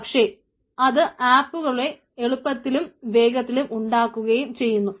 പക്ഷേ അത് ആപ്പുകളെ എളുപ്പത്തിലും വേഗത്തിലും ഉണ്ടാക്കുകയും ചെയ്യുന്നു